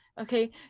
okay